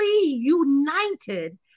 united